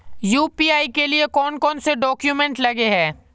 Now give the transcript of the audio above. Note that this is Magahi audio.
यु.पी.आई के लिए कौन कौन से डॉक्यूमेंट लगे है?